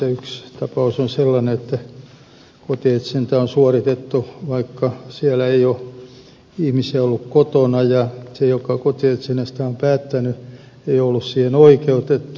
yksi tapaus on sellainen että kotietsintä on suoritettu vaikka siellä ei ole ihmisiä ollut kotona ja se joka kotietsinnästä on päättänyt ei ollut siihen oikeutettu